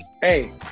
Hey